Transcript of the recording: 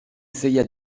essaya